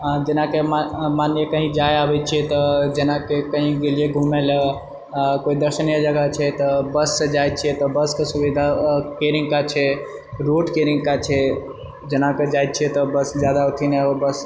जेनाकि मान लिअऽ कही जाए आबैत छिए तऽ जेनाकि कही गेलिए घुमैले आ कोइ दर्शनीए जगहछै तऽ बससे जाइत छिए तऽ बसके सुविधाके नीक काज छै रूटके नीक काज छै जेनाकि जाइत छिऐ तऽ बस जादा अथि ने हो बस